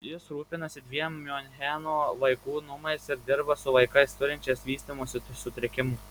jis rūpinasi dviem miuncheno vaikų namais ir dirba su vaikais turinčiais vystymosi sutrikimų